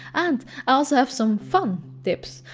and also have some fun tips.